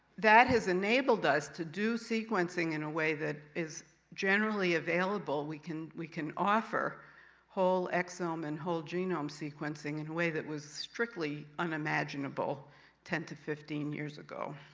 that has enabled us to do sequencing in a way that is generally available. we can we can offer whole exome and whole genome sequencing in a way that was strictly unimaginable ten to fifteen years ago.